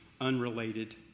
unrelated